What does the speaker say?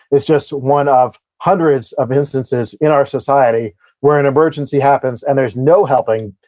is just one of hundreds of instances in our society where an emergency happens and there's no helping,